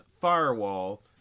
firewall